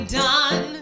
done